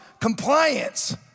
compliance